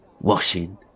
washing